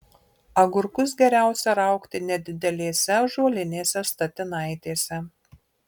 agurkus geriausia raugti nedidelėse ąžuolinėse statinaitėse